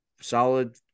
solid